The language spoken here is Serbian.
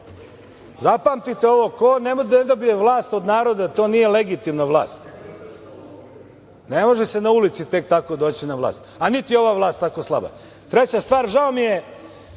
Zapamti te ovo ko ne dobije vlast od naroda to nije legitimna vlast ne može se sa ulice tek tako doći na vlast, niti je ova vlast toliko slaba. Treća stvar, žao mi je